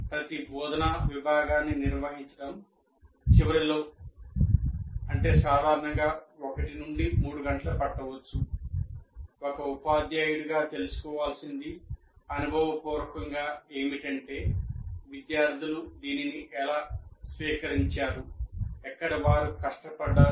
ప్రతి బోధనా విభాగాన్ని నిర్వహించడం చివరిలో ఒక ఉపాధ్యాయుడుగా తెలుసుకోవాల్సింది అనుభవపూర్వకంగా ఏమిటంటే విద్యార్థులు దానిని ఎలా స్వీకరించారు ఎక్కడ వారు కష్టపడ్డారు